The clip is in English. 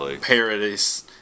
paradise